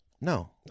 no